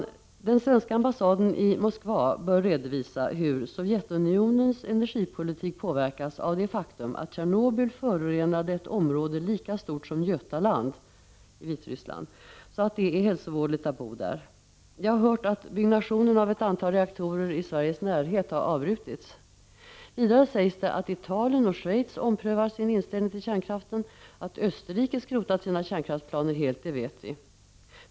Den svenska ambassaden i Moskva bör redovisa hur Sovjetunionens energipolitik påverkas av det faktum att Tjernobyl förorenade ett område lika stort som Götaland i Vitryssland, så att det är hälsovådligt att bo där. Jag har hört att byggandet av ett antal reaktorer i Sveriges närhet har avbrutits. Vidare sägs det att Italien och Schweiz omprövar sin inställning till kärnkraften. Att Österrike helt har skrotat sina kärnkraftsplaner vet vi.